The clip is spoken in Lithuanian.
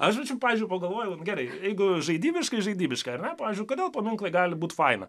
aš žodžiu pavyzdžiui pagalvojau nu gerai jeigu žaidybiškai žaibiškai ar ne pavyzdžiui kodėl paminklai gali būti faina